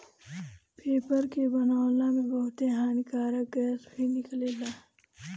paper के बनावला में बहुते हानिकारक गैस भी निकलेला